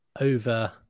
over